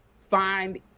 find